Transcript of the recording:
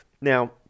Now